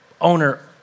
owner